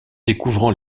découvrant